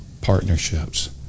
partnerships